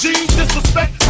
Disrespect